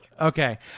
Okay